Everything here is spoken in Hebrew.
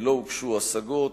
לא הוגשו השגות,